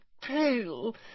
pale